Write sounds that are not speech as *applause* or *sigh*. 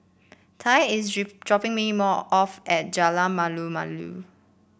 Tye is *unintelligible* dropping me off at Jalan Malu Malu